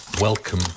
Welcome